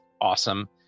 awesome